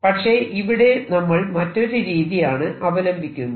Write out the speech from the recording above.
പക്ഷെ ഇവിടെ നമ്മൾ മറ്റൊരു രീതിയാണ് അവലംബിക്കുന്നത്